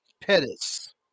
Pettis